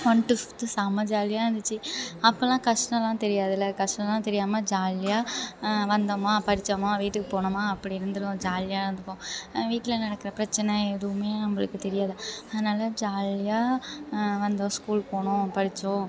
one to fifth செம்ம ஜாலியாக இருந்துச்சு அப்போல்லாம் கஷ்டம்லாம் தெரியாதுல கஷ்டம்லாம் தெரியாமல் ஜாலியாக வந்தோமா படித்தோமா வீட்டுக்குப் போனோமா அப்படி இருந்துருவோம் ஜாலியா இருந்திருப்போம் வீட்டில் நடக்கிற பிரச்சனை எதுவுமே நம்மளுக்குத் தெரியாது அதனால ஜாலியாக வந்தோம் ஸ்கூலுக்குப் போனோம் படித்தோம்